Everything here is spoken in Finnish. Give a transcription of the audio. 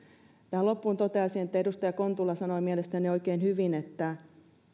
tähän loppuun toteaisin että edustaja kontula sanoi mielestäni oikein hyvin että